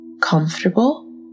comfortable